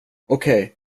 okej